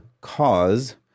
Cause